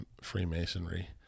Freemasonry